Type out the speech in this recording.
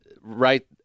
right